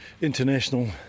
International